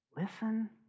Listen